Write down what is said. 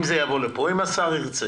אם זה יבוא לכאן, אם השר ירצה,